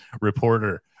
reporter